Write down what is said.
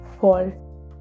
fall